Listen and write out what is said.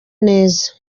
neza